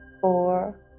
four